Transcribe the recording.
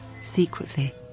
Secretly